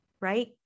right